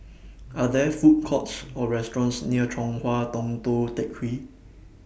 Are There Food Courts Or restaurants near Chong Hua Tong Tou Teck Hwee